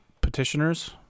petitioners